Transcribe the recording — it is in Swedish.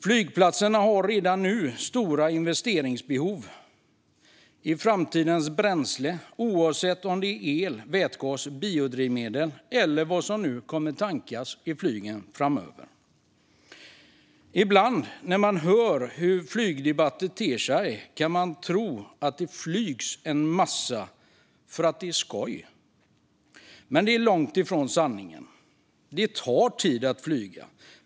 Flygplatserna har redan nu stora investeringsbehov i framtidens bränslen, oavsett om det är el, vätgas, biodrivmedel eller vad flygen nu kommer att tankas med framöver. Att döma av flygdebatten kan man ibland tro att det flygs en massa för att det är skoj. Men det är långt från sanningen. Det tar tid att flyga.